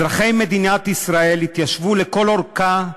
אזרחי מדינת ישראל התיישבו לכל אורכה,